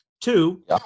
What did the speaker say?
Two